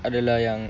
adalah yang